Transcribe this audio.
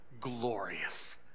glorious